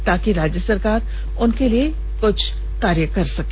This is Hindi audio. ताकि राज्य सरकार उनके लिए कुछ कर सके